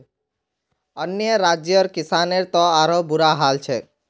अन्य राज्यर किसानेर त आरोह बुरा हाल छेक